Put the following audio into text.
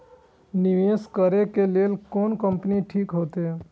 निवेश करे के लेल कोन कंपनी ठीक होते?